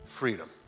freedom